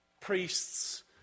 priests